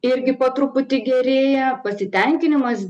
irgi po truputį gerėja pasitenkinimas